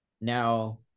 now